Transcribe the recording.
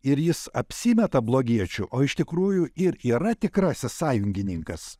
ir jis apsimeta blogiečiu o iš tikrųjų ir yra tikrasis sąjungininkas